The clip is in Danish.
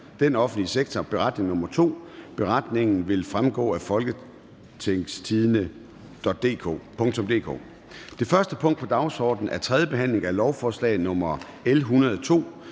den offentlige sektor. (Beretning nr. 2). Beretningen vil fremgå af www.folketingstidende.dk. --- Det første punkt på dagsordenen er: 1) 3. behandling af lovforslag nr. L 102: